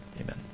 amen